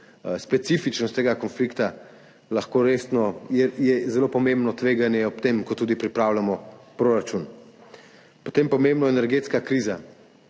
Specifičnost tega konflikta je zelo pomembno tveganje, ob tem ko tudi pripravljamo proračun. Potem je pomembna energetska kriza.